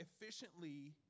efficiently